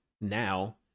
now